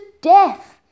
death